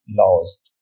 lost